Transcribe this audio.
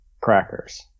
Crackers